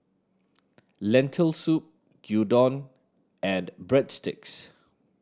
Lentil Soup Gyudon and Breadsticks